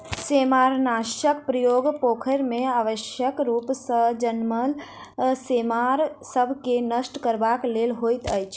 सेमारनाशकक प्रयोग पोखैर मे अनावश्यक रूप सॅ जनमल सेमार सभ के नष्ट करबाक लेल होइत अछि